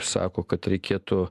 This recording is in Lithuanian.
sako kad reikėtų